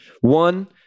One